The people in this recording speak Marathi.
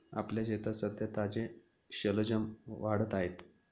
आपल्या शेतात सध्या ताजे शलजम वाढत आहेत